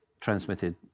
transmitted